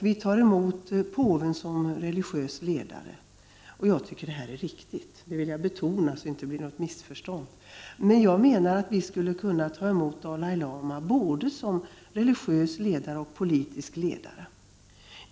Vi tar emot påven som religiös ledare. Detta är helt riktigt — det vill jag betona så att det inte blir något missförstånd. Vi skulle kunna ta emot Dalai Lama både som religiös ledare och som politisk ledare.